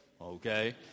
okay